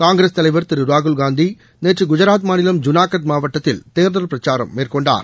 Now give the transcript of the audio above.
காங்கிரஸ் தலைவர் திரு ராகுல் காந்தி நேற்று குஜராத் மாநிலம் ஜூனாகத் மாவட்டத்தில் தேர்தல் பிரச்சாரம் மேற்கொண்டார்